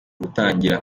gutangira